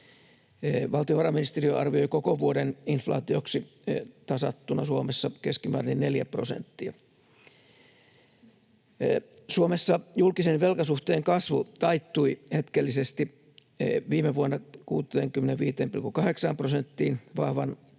Valtiovarainministeriö arvioi koko vuoden inflaatioksi tasattuna Suomessa keskimäärin 4 prosenttia. Suomessa julkisen velkasuhteen kasvu taittui hetkellisesti viime vuonna 65,8 prosenttiin vahvan kasvun